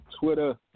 Twitter